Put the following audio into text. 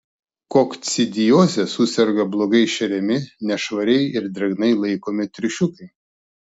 kokcidioze suserga blogai šeriami nešvariai ir drėgnai laikomi triušiukai